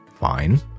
Fine